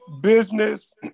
business